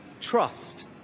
Trust